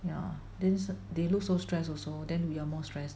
ya then they look so stress also then we are more stress